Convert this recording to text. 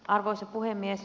arvoisa puhemies